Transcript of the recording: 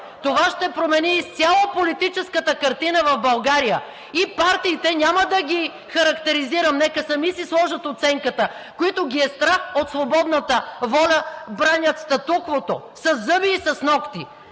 това ще промени изцяло политическата картина в България. И партиите, няма да ги характеризирам, нека сами си сложат оценката – които ги е страх от свободната воля, бранят статуквото със зъби и с нокти!